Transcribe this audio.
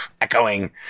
echoing